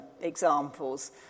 examples